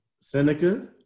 Seneca